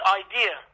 idea